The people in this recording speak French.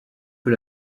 peu